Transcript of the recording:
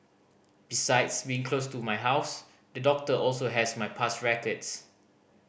besides being close to my house the doctor also has my past records